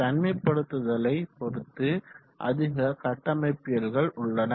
தனிமைப்படுத்துதலை பொறுத்து அதிக கட்டமைப்பியல்கள் உள்ளன